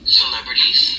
celebrities